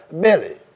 Billy